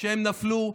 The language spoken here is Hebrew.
שהם נפלו.